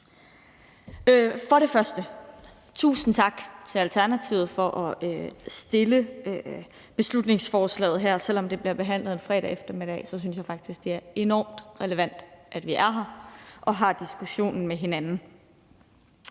og fremmest tusind tak til Alternativet for at fremsætte beslutningsforslaget her. Selv om det bliver behandlet en fredag eftermiddag, synes jeg faktisk, det er enormt relevant, at vi er her og har diskussionen med hinanden.